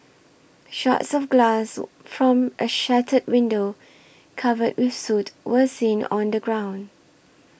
shards of glass from a shattered window covered with soot were seen on the ground